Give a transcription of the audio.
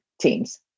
teams